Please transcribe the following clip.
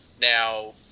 Now